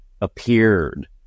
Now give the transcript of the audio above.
appeared